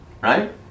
Right